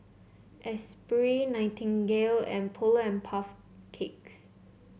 Esprit Nightingale and Polar and Puff Cakes